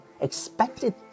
Expected